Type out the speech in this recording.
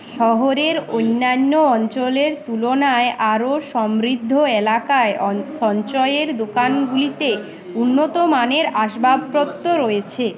শহরের অন্যান্য অঞ্চলের তুলনায় আরও সমৃদ্ধ এলাকায় অন সঞ্চয়ের দোকানগুলিতে উন্নতমানের আসবাবপত্র রয়েছে